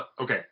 okay